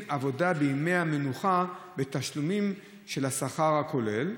עבודה בימי המנוחה בתשלומים של השכר הכולל?